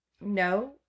No